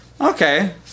Okay